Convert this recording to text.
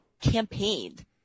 campaigned